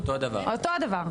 אותו דבר,